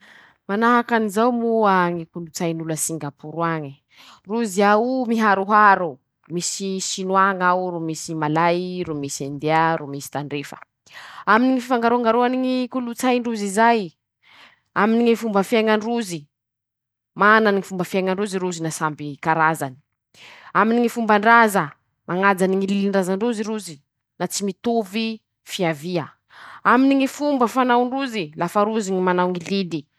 Manahaky anizao moa ñy kolotsain'olo a singaporo añe: -Rozy ao o miharoharo ,misy Chinoix ñ'ao ro misy Malay ro misy India ro misy Tandrefa ;aminy ñy fifangaroangaroany ñy kolotsain-drozy zay ,aminy ñy fomba fiaiñan-drozy ,manany ñy fomba fiaiñan-drozy rozy na samby karazany ;aminy ñy fomban-draza :mañajany ñy lilin-drazan-drozy rozy na tsy mitovy fiavia ;aminy ñy fomba fanaon-drozy ,lafa rozy ñy manao ñy lily.